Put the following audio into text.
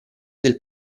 del